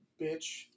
bitch